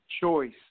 choice